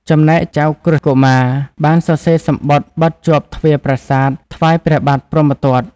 ចំណែកចៅក្រឹស្នកុមារបានសរសេរសំបុត្របិទជាប់ទ្វារប្រាសាទថ្វាយព្រះបាទព្រហ្មទត្ត។